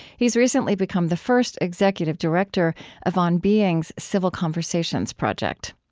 he's recently become the first executive director of on being's civil conversations project.